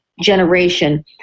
generation